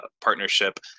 partnership